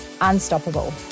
unstoppable